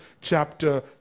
chapter